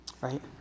right